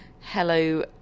hello